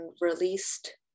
released